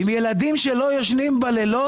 עם ילדים שלא ישנים בלילות.